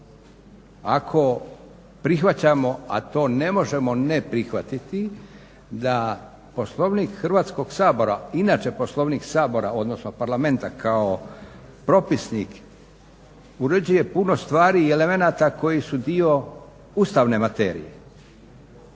Ako prihvaćamo, a to ne možemo ne prihvatiti, da Poslovnik Hrvatskog sabora inače Poslovnik Sabora, odnosno Parlamenta kao propisnik uređuje puno stvari i elemenata koji su dio ustavne materije